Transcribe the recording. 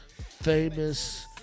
famous